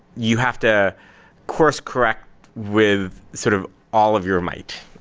you have to course-correct with sort of all of your might.